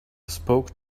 spoke